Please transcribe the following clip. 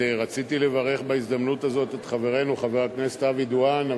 רציתי לברך בהזדמנות הזאת את חברנו חבר הכנסת אבי דואן,